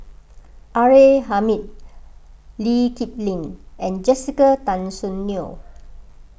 R A Hamid Lee Kip Lin and Jessica Tan Soon Neo